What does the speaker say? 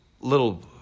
little